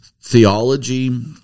theology